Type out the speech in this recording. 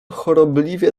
chorobliwie